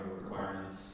requirements